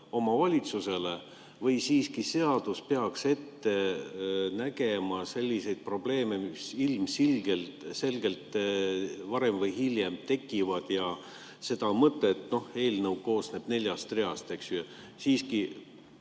omavalitsusele? Või siiski peaks seadus ette nägema selliseid probleeme, mis ilmselgelt varem või hiljem tekivad ja seda mõtet – noh, eelnõu koosneb neljast reast – siiski